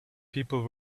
people